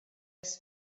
rest